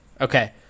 Okay